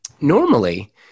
normally